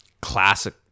classic